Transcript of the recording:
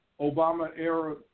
Obama-era